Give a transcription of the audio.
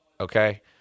okay